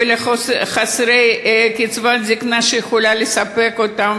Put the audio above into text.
ולחסרי קצבת זיקנה שיכולה לספק אותם,